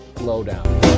Lowdown